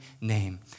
name